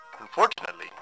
Unfortunately